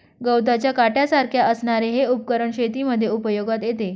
गवताच्या काट्यासारख्या असणारे हे उपकरण शेतीमध्ये उपयोगात येते